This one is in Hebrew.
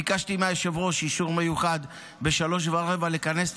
ביקשתי מהיושב-ראש אישור מיוחד לכנס את